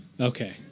Okay